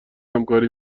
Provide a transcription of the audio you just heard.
همکاری